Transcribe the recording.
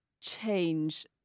change